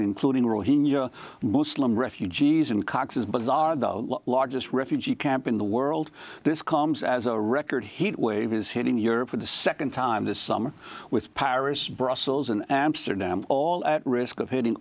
rohingya muslims refugees in cox's bazaar the largest refugee camp in the world this comes as a record heat wave is hitting europe for the nd time this summer with paris brussels and amsterdam all at risk of hitting